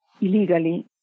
illegally